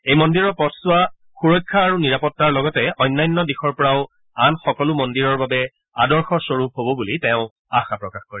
এই মন্দিৰৰ পথছোৱা সুৰক্ষা আৰু নিৰাপত্তাৰ লগতে অন্যান্য দিশৰ পৰা আন সকলো মন্দিৰৰ বাবে আদৰ্শ স্বৰূপ হ'ব বুলি তেওঁ আশা প্ৰকাশ কৰে